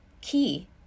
key